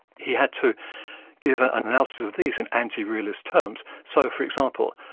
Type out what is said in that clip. he had to give an analysis of these in anti-realist terms. so, for example,